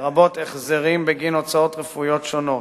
לרבות החזרים בגין הוצאות רפואיות שונות: